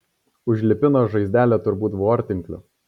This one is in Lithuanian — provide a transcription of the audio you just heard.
užlipino žaizdelę turbūt vortinkliu